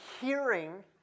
hearing